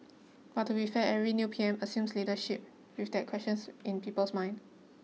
but to be fair every new P M assumes leadership with that questions in people's minds